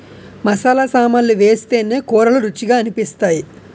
మసాలా సామాన్లు వేస్తేనే కూరలు రుచిగా అనిపిస్తాయి